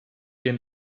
den